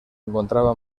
encontraba